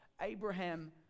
Abraham